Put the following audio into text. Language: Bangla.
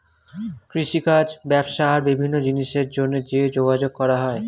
কৃষিকাজ, ব্যবসা আর বিভিন্ন জিনিসের জন্যে যে যোগাযোগ করা হয়